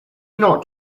not